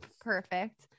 perfect